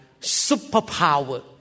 superpower